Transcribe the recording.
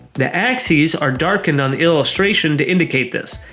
the axes are darkened on the illustration to indicate this.